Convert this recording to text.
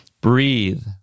breathe